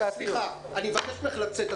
סליחה, אני מבקש ממך לצאת.